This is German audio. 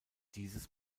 dieses